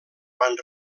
van